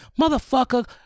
Motherfucker